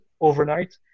overnight